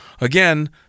Again